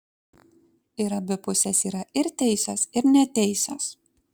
ir abi pusės yra ir teisios ir neteisios